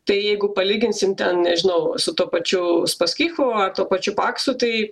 tai jeigu palyginsim ten nežinau su tuo pačiu uspaskichu ar tuo pačiu paksu tai